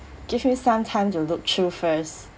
give me some time to look through first